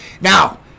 Now